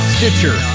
Stitcher